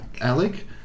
Alec